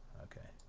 okay,